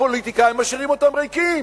אנחנו, הפוליטיקאים, משאירים אותם ריקים.